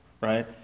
right